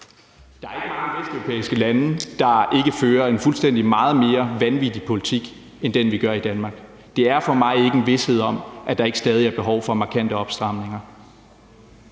Der er ikke mange vesteuropæiske lande, der ikke fører en fuldstændig og meget mere vanvittig politik end den, vi fører i Danmark. Det er for mig ikke en vished om, at der ikke stadig er behov for markante opstramninger.